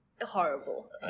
horrible